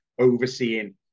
overseeing